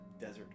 desert